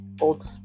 old